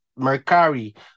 mercari